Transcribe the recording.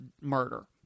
murder